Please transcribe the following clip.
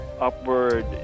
upward